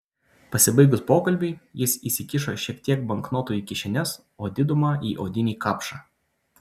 pasibaigus pokalbiui jis įsikišo šiek tiek banknotų į kišenes o didumą į odinį kapšą